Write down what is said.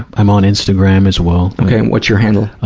i'm on instagram as well. okay, and what's your handle?